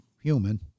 human